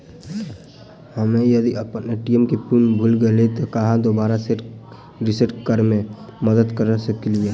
हम्मे यदि अप्पन ए.टी.एम पिन भूल गेलियै, की अहाँ दोबारा सेट रिसेट करैमे मदद करऽ सकलिये?